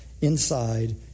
inside